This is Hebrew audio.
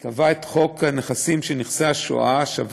קבעה את חוק נכסים של נספי השואה (השבה